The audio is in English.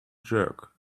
jerk